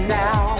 now